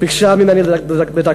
ביקשה ממני לדקלם.